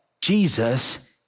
Jesus